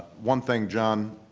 one thing, jon,